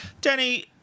Danny